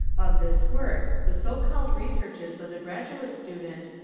of this work the so-called researches of the graduate student,